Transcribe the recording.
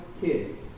kids